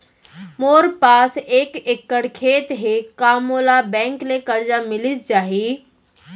मोर पास एक एक्कड़ खेती हे का मोला बैंक ले करजा मिलिस जाही?